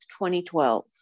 2012